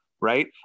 right